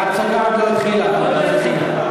ההצגה עוד לא התחילה, חבר הכנסת לוי.